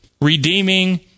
redeeming